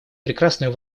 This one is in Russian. прекрасную